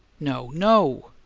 no, no!